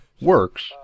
works